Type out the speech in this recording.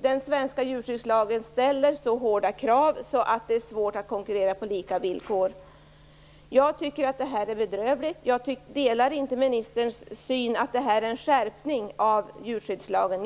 den svenska djurskyddslagen ställer så hårda krav att det är svårt att konkurrera på lika villkor. Jag tycker att detta är bedrövligt. Jag delar inte ministerns syn att det här är en skärpning av djurskyddslagen.